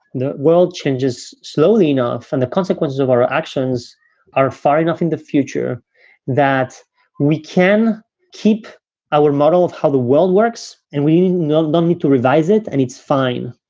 the world changes slowly enough. and the consequences of our actions are far enough in the future that we can keep our model of how the world works and we don't you know need to revise it. and it's fine.